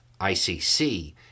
ICC